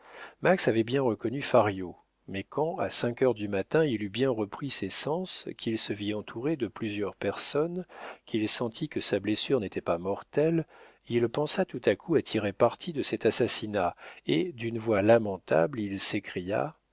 avait bien reconnu fario mais quand à cinq heures du matin il eut bien repris ses sens qu'il se vit entouré de plusieurs personnes qu'il sentit que sa blessure n'était pas mortelle il pensa tout à coup à tirer parti de cet assassinat et d'une voix lamentable il s'écria